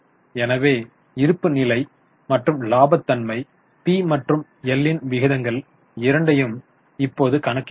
எனவே இருப்புநிலை மற்றும் இலாபத்தன்மை பி மற்றும் எல் ன் விகிதங்கள் இரண்டையும் இப்போது கணக்கிட்டுள்ளனர்